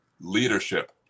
leadership